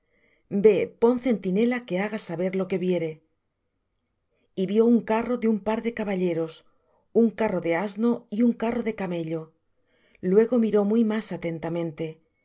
ve pon centinela que haga saber lo que viere y vió un carro de un par de caballeros un carro de asno y un carro de camello luego miró muy más atentamente